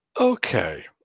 Okay